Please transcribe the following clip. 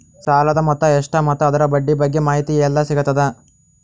ಸಾಲದ ಮೊತ್ತ ಎಷ್ಟ ಮತ್ತು ಅದರ ಬಡ್ಡಿ ಬಗ್ಗೆ ಮಾಹಿತಿ ಎಲ್ಲ ಸಿಗತದ?